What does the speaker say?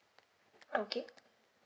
okay